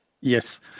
Yes